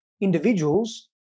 individuals